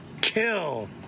KILL